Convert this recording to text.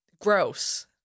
gross